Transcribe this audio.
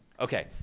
Okay